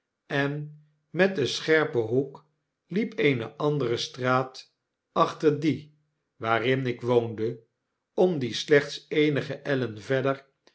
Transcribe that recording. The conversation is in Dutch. en met een scherpen hoek liep eene andere straat achter die waarin ik woonde om die slechts eenige ellen verder